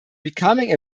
becoming